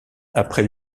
après